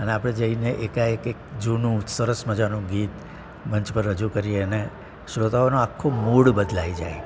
અને આપણે જઈને એકાએક જૂનું સરસ મજાનું ગીત મંચ પર રજૂ કરીએ અને શ્રોતાઓનો આખો મૂડ બદલાઈ જાય